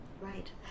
Right